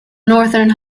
northern